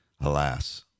Alas